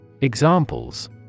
Examples